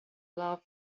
love